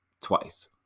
twice